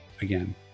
again